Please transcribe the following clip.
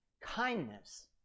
kindness